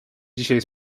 dzisiaj